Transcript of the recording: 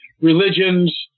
religions